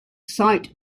site